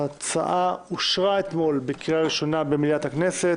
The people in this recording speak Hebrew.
ההצעה אושרה אתמול בקריאה ראשונה במליאת הכנסת